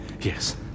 Yes